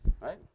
Right